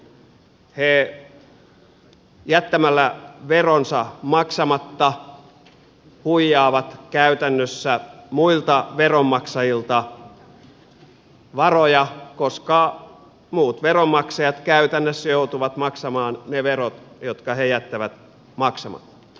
he jättämällä veronsa maksamatta huijaavat käytännössä muilta veronmaksajilta varoja koska muut veronmaksajat käytännössä joutuvat maksamaan ne verot jotka he jättävät maksamatta